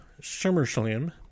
SummerSlam